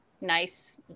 nice